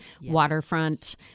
Waterfront